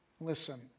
Listen